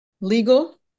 legal